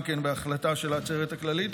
גם כן בהחלטה של העצרת הכללית,